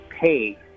pay